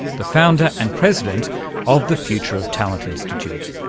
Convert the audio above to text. the founder and president of the future of talent institute.